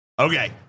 okay